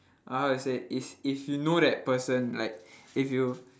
uh how to say is if you know that person like if you